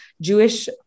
Jewish